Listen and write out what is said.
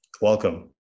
welcome